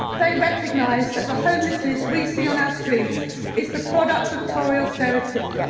they recognise that the homelessness we see on our streets is the product of tory austerity,